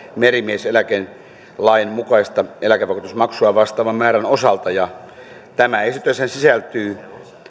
merimieseläkelain mukaista eläkevakuutusmaksua vastaavan määrän osalta tämä esityshän sisältyy